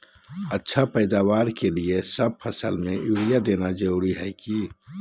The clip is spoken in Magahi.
अच्छा पैदावार के लिए सब फसल में यूरिया देना जरुरी है की?